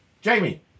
Jamie